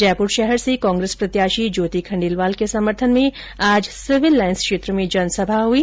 जयपुर शहर से कांग्रेस प्रत्याशी ज्योति खण्डेलवाल के समर्थन में आज सिविल लाईन्स में जनसभा हुई